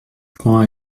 quand